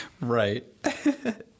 Right